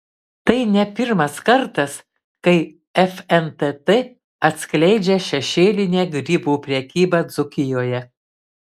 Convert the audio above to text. tai ne pirmas kartas kai fntt atskleidžia šešėlinę grybų prekybą dzūkijoje